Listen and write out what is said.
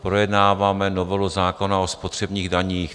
Projednáváme novelu zákona o spotřebních daních.